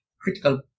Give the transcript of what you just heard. critical